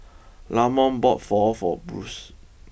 Lamont bought Pho for Bruce